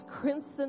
crimson